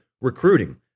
recruiting